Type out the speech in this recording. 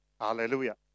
Hallelujah